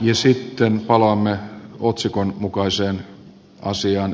ja sitten palaamme otsikon mukaiseen asiaan